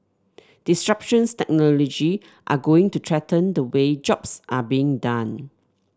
disruptions technology are going to threaten the way jobs are being done